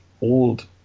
old